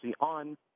on